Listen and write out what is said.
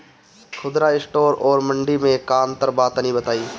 खुदरा स्टोर और मंडी में का अंतर बा तनी बताई?